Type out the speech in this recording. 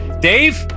Dave